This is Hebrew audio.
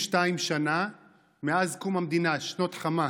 72 שנה מאז קום המדינה, שנות חמה,